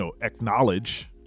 acknowledge